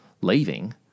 leaving